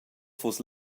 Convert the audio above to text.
fuss